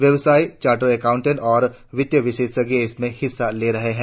व्यवसायी chartered accountant और वित्त विशेषज्ञ इसमें हिस्सा ले रहे हैं